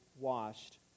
washed